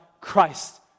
Christ